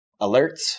alerts